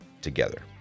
together